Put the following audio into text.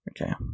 Okay